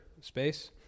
space